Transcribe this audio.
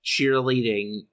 cheerleading